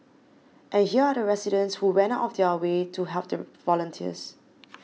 and here are the residents who went out of their way to help the volunteers